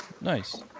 Nice